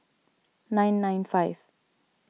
nine nine five